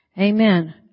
Amen